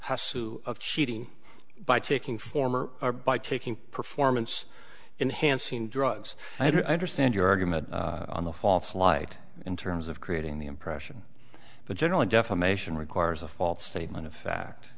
sue of cheating by taking former or by taking performance enhancing drugs i understand your argument on the false light in terms of creating the impression but generally defamation requires a false statement of fact